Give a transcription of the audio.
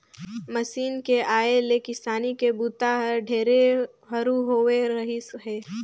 machine के आए ले किसानी के बूता हर ढेरे हरू होवे रहीस हे